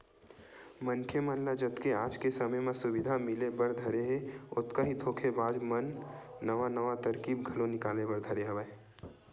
मनखे मन ल जतके आज के समे म सुबिधा मिले बर धरे हे ओतका ही धोखेबाज मन नवा नवा तरकीब घलो निकाले बर धरे हवय